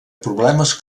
problemes